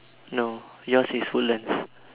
no yours is woodlands